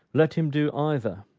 let him do either,